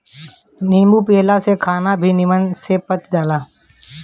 नींबू पियला से खाना भी निमन से पच जाला